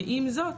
ועם זאת,